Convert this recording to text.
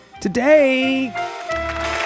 today